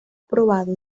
probado